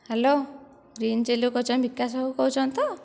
hello green ଚିଲ୍ଲିରୁ କହୁଛନ୍ତି ବିକାଶ ବାବୁ କହୁଛନ୍ତି ତ